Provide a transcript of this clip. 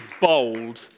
bold